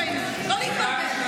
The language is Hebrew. הכניס אותנו --- לא להתבלבל.